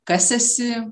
kas esi